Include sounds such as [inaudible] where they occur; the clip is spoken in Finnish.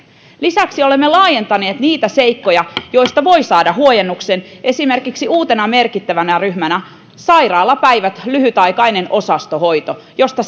lisäksi olemme laajentaneet niitä seikkoja joista voi saada huojennuksen esimerkiksi uutena merkittävänä ryhmänä ovat sairaalapäivät lyhytaikainen osastohoito josta [unintelligible]